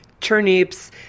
turnips